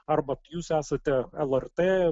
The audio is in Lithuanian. arba jūs esate lrt